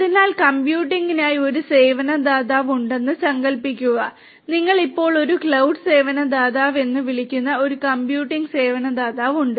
അതിനാൽ കമ്പ്യൂട്ടിംഗിനായി ഒരു സേവന ദാതാവ് ഉണ്ടെന്ന് സങ്കൽപ്പിക്കുക നിങ്ങൾക്ക് ഇപ്പോൾ ഒരു ക്ലൌഡ് സേവന ദാതാവ് എന്ന് വിളിക്കുന്ന ഒരു കമ്പ്യൂട്ടിംഗ് സേവനദാതാവ് ഉണ്ട്